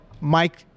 Mike